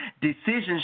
Decisions